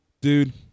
Dude